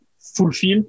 fulfill